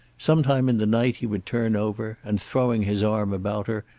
sometime in the night he would turn over and throwing his arm about her,